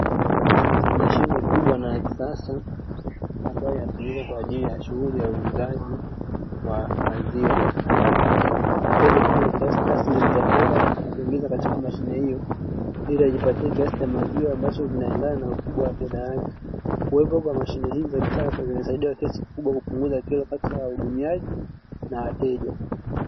Mashine kubwa na yakisasa ambayo inatumika kwajili ya shughuli ya uuzaji wa maziwa. Ambapo mteja huja na kiasi taslimu cha fedha na kuingiza kwenye mashine hiyoo ili ajipatie kiasi cha maziwa ambacho kinaendana na ukubwa wa fedha yake. Kuwepo kwa mashine hizi cha kisasa, zinasaidia kiasi kikubwa cha kero kati ya wahudumiaji na wateja.